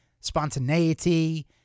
spontaneity